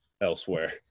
elsewhere